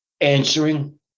Answering